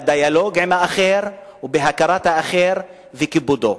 בדיאלוג עם האחר ובהכרת האחר וכיבודו.